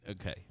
Okay